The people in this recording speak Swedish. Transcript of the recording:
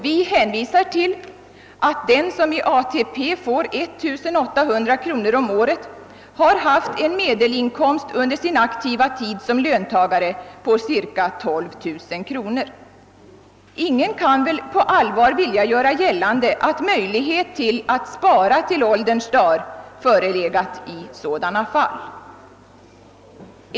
Vi hänvisar till att den som i ATP får 1800 kronor om året under sin aktiva tid som löntagare har haft en medelinkomst på cirka 12000 kronor. Ingen kan väl på allvar vilja göra gällande, att möjlighet att spara till ålderns dagar förelegat i sådana fall.